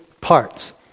parts